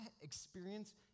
experience